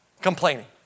complaining